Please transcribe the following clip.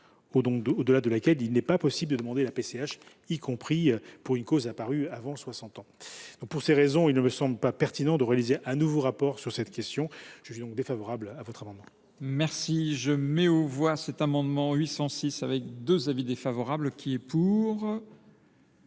au delà de laquelle il n’est pas possible de demander la PCH, y compris pour une cause apparue avant 60 ans. Pour ces raisons, il ne me semble pas pertinent de réaliser un nouveau rapport sur cette question. Je suis donc défavorable à votre amendement. Je mets aux voix l’amendement n° 806. L’amendement n°